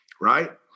right